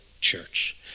church